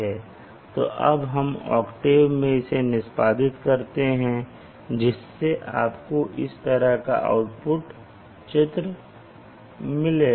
तो अब हम ओक्टेव में इसे निष्पादित करते हैं जिससे आपको इस तरह का आउटपुट चित्र मिलेगा